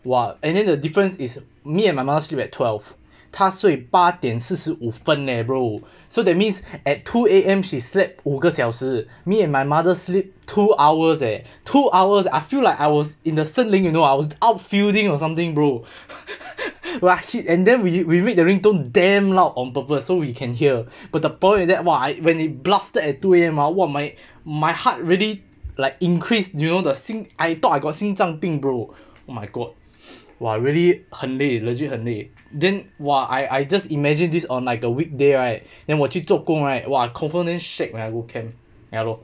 !wah! and then the difference is me and my mother sleep at twelve 他睡八点四十五分 leh bro so that means at two A_M she sleep 五个小时 me and my mother sleep two hour eh two hours I feel like I was in the 森林 you know I was outfielding or something bro rashid and then we we make the ringtone damn loud on purpose so we can hear but the point is that !wah! when it blasted at two A_M ah !wah! my my heart really like increased you know the 心 I thought I got 心脏病 bro oh my god !wah! really 很累 legit 很累 then !wah! I I just imagine this on like a weekday right then 我去做工 right !wah! confirm damn shag when I go camp ya lor